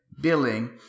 Billing